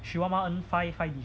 she one month earn five five digit